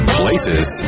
places